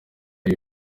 aba